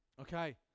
Okay